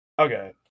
okay